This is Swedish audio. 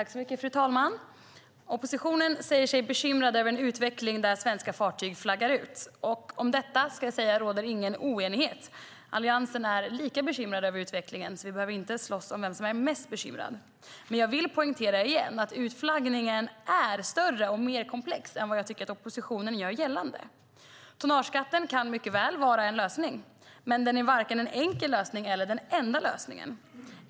Fru talman! Oppositionen säger sig vara bekymrad över en utveckling där svenska fartyg flaggar ut. Det råder ingen oenighet om detta. Alliansen är lika bekymrad över utvecklingen. Vi behöver inte slåss om vem som är mest bekymrad, men jag vill åter poängtera att utflaggningen är större och mer komplex än vad jag tycker att oppositionen gör gällande. Tonnageskatten kan mycket väl vara en lösning, men den är varken en enkel lösning eller den enda lösningen.